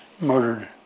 murdered